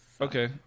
Okay